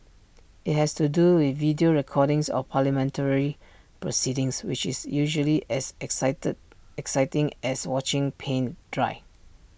IT has to do with video recordings of parliamentary proceedings which is usually as exciting as watching paint dry